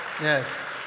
Yes